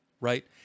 right